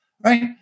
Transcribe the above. right